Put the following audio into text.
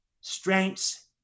strengths